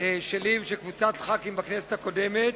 שלי ושל קבוצת ח"כים בכנסת הקודמת,